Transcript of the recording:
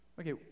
Okay